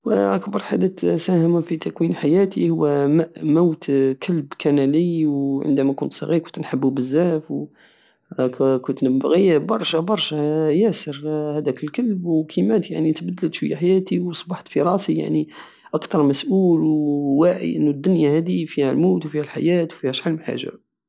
هو اكبر حدث ساهم في تكوين حياتي هو مو- موت كلب كاني لي وعندما كنت صغير كنت نحبو بزاف وكنت نبغيه برشى برشى ياسر هداك الكلب وكي مات يعني تبدلت شوية حياتي واصبحت في راسي اكتر مسؤول وواعي انو الدنيا هدي فيها الموت وفيها لحيات وفيها شحال من حاجة